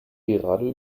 gerade